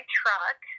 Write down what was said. truck